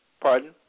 Pardon